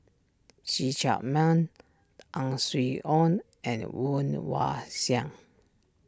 See Chak Mun Ang Swee Aun and Woon Wah Siang